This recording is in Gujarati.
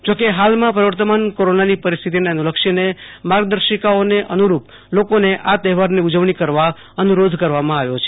જો કે હાલમાં પ્રવર્તમાન કોરોનાની પરિસ્થિતિને અનુલક્ષીને માર્ગદર્શિકાઓને અનુરર્પ લોકોને આ તહેવારની ઉજવણી કરવા અનુરોધ કરવામાં આવ્યો છે